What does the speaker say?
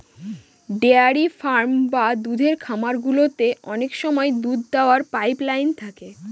dairy farm বা দুধের খামার গুলোতে অনেক সময় দুধ দোওয়ার পাইপ লাইন থাকে